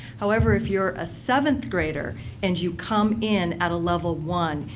however, if you're a seventh grader and you come in at a level one,